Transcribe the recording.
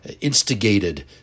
instigated